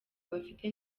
bafite